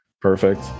perfect